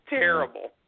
terrible